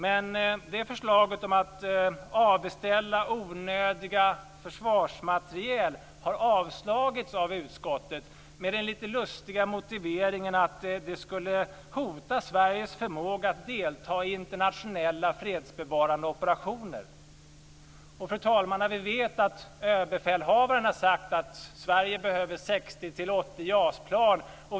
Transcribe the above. Men förslaget om att avbeställa onödigt försvarsmateriel har avslagits av utskottet med den lite lustiga motiveringen att det skulle hota Sveriges förmåga att delta i internationella fredsbevarande operationer. Fru talman! Vi vet att överbefälhavaren har sagt att Sverige behöver 60-80 JAS-plan.